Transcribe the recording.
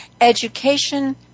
Education